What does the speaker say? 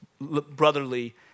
brotherly